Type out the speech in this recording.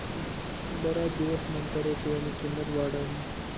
बराच दिवसनंतर रुपयानी किंमत वाढनी